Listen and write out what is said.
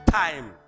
time